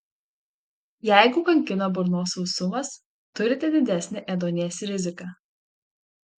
jeigu kankina burnos sausumas turite didesnę ėduonies riziką